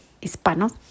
hispanos